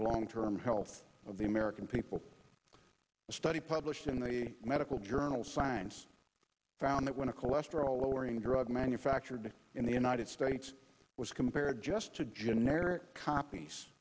long term health of the american people a study published in the medical journal science found that when a cholesterol lowering drug manufactured in the united states was compared just to generic copies